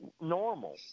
normal